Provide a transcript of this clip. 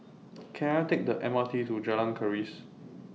Can I Take The M R T to Jalan Keris